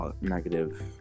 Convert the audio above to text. negative